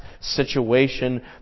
situation